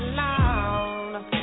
long